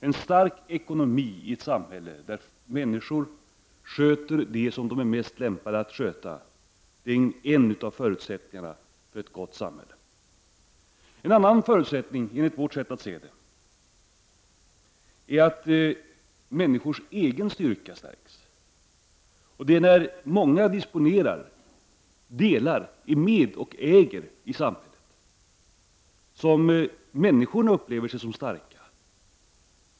En stark ekonomi i ett samhälle där människor sköter det som de är mest lämpade att sköta är en av förutsättningarna för ett gott samhälle. En annan förutsättning, enligt vårt sätt att se, är att människors egen styrka betonas. Det är när många disponerar över delar av samhället, när många är med och äger, som människorna upplever sig som starka.